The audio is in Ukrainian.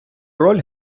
роль